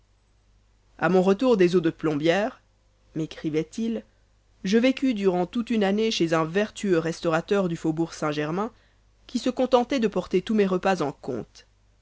a mon retour des eaux de plombière mécrivait il je vécus durant toute une année chez un vertueux restaurateur du faubourg saint-germain qui se contentait de porter tous mes repas en compte